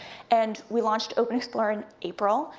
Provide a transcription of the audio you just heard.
and we launched open explorer in april,